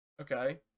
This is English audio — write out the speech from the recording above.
Okay